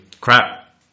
Crap